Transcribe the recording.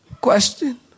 Question